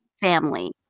family